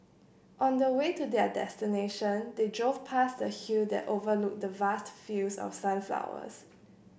on the way to their destination they drove past a hill that overlooked vast fields of sunflowers